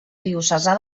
diocesà